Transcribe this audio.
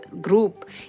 group